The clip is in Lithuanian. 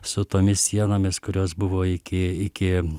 su tomis sienomis kurios buvo iki iki